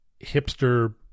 hipster